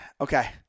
Okay